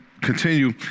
continue